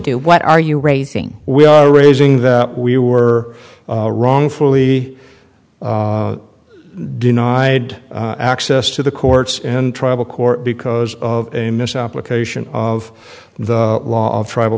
do what are you raising we are raising that we were wrongfully denied access to the courts in tribal court because of a misapplication of the law of tribal